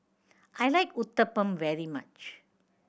I like Uthapam very much